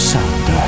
Sound